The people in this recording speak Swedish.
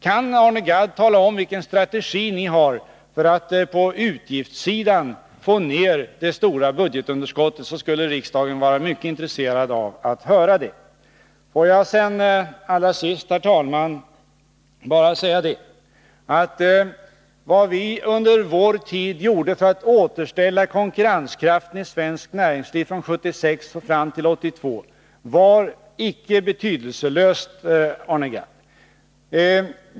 Kunde Arne Gadd tala om vilken strategi ni har för att på utgiftssidan få ned det stora budgetunderskottet, skulle riksdagen vara mycket intresserad av att få höra det. Får jag sedan allra sist, herr talman, bara säga det, att vad vi under vår tid gjorde för att återställa konkurrenskraften i svenskt näringsliv från 1976 fram till 1982 var icke betydelselöst, Arne Gadd.